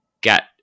get